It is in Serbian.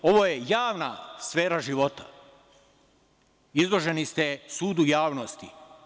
Ovo je javna sfera života, izloženi ste sudu javnosti.